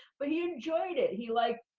but he enjoyed it. he liked,